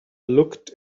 looked